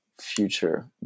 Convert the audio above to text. future